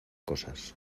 cosas